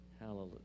hallelujah